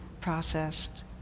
processed